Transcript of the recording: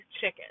chicken